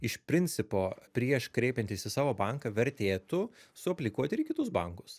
iš principo prieš kreipiantis į savo banką vertėtų suaplikuoti ir į kitus bankus